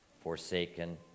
forsaken